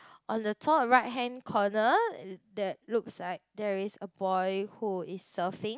on the top of right hand corner there looks like there is a boy who is surfing